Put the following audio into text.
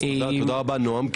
תודה רבה נועם,